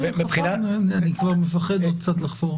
נכון, אני כבר מפחד עוד קצת לחפור.